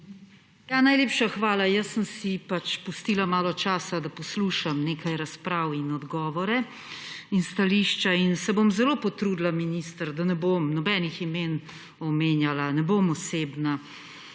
Najlepša hvala. Pustila sem si malo časa, da poslušam nekaj razprav in odgovore in stališča. Zelo se bom potrudila, minister, da ne bom nobenih imen omenjala, ne bom osebna.